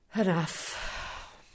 enough